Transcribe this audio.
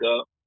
up